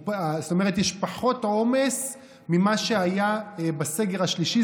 זאת אומרת, יש פחות עומס ממה שהיה בסגר השלישי.